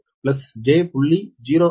1724 j0